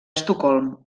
estocolm